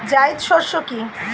জায়িদ শস্য কি?